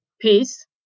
peace